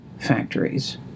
factories